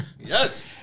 Yes